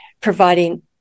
providing